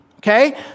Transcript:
Okay